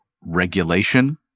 regulation